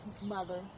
mother